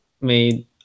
made